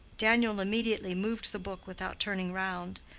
daniel immediately moved the book without turning round,